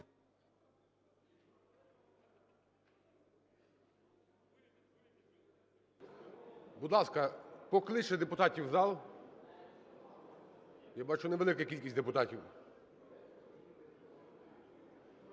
Будь ласка, покличте депутатів в зал. Я бачу, невелика кількість депутатів.